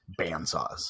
bandsaws